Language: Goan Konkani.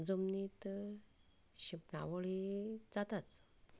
जमनींत शिंपणावळी जाताच